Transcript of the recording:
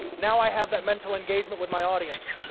now i have that mental engagement with my audience.